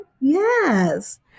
Yes